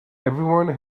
everyone